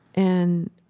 and